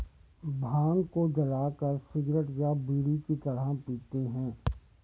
भांग को जलाकर सिगरेट या बीड़ी की तरह पीते हैं